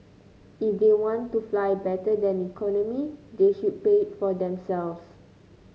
if they want to fly better than economy they should pay for it themselves